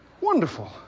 Wonderful